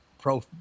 pro